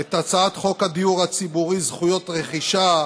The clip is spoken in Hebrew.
את הצעת חוק הדיור הציבורי (זכויות רכישה)